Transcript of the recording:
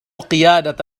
قيادة